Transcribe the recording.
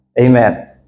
Amen